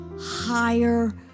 higher